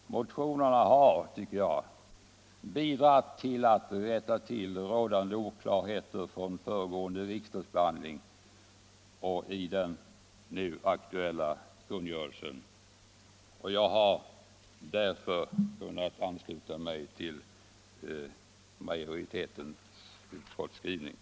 Motionerna har, tycker jag, bidragit till att rätta till rådande oklarheter från föregående riksdagsbehandling och i den nu aktuella kungörelsen. Jag har därför kunnat ansluta mig till majoritetens skrivning i utskottsbetänkandet.